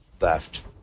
left